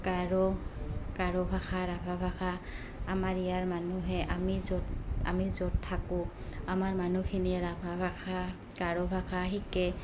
গাৰো গাৰো ভাষা ৰাভা ভাষা আমাৰ ইয়াৰ মানুহে আমি য'ত আমি য'ত থাকোঁ আমাৰ মানুহখিনিয়ে ৰাভা ভাষা গাৰো ভাষা শিকে